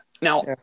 now